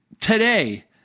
today